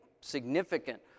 significant